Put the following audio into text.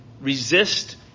resist